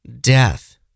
death